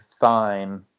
fine